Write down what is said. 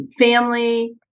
family